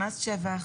למס שבח,